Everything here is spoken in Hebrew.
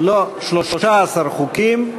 13 חוקים,